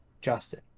Justin